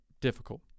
difficult